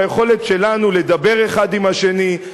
ביכולת שלנו לדבר האחד עם השני,